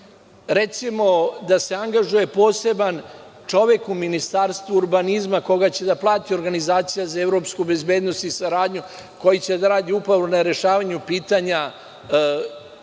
recimo, da se angažuje poseban čovek u Ministarstvu urbanizma koga će da plaća organizacija za evropsku bezbednost i saradnju, koji će da radi upravo na rešavanju pitanja ovih